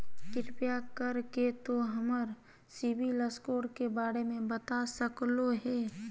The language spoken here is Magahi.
कृपया कर के तों हमर सिबिल स्कोर के बारे में बता सकलो हें?